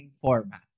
format